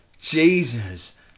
Jesus